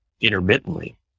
intermittently